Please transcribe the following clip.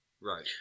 Right